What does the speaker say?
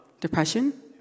depression